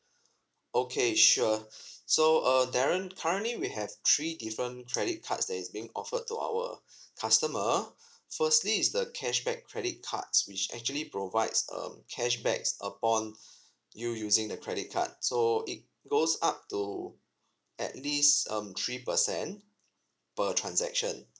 okay sure so err darren currently we have three different credit cards that is being offered to our customer firstly is the cashback credit cards which actually provides um cashback upon you using the credit card so it goes up to at least um three percent per transaction